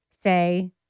say